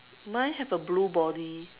mine have a blue body